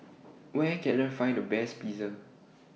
Where Can I Find The Best Pizza